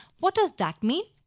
what does that mean?